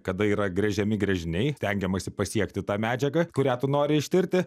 kada yra gręžiami gręžiniai stengiamasi pasiekti tą medžiagą kurią tu nori ištirti